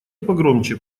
погромче